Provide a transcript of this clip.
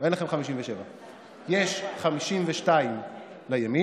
אין לכם 57. יש 52 לימין,